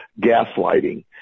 gaslighting